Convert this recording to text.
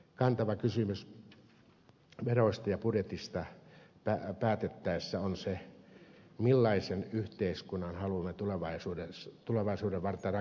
kantava kysymys veroista ja budjetista päätettäessä on se millaisen yhteiskunnan haluamme tulevaisuutta varten rakentaa